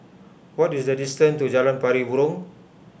what is the distance to Jalan Pari Burong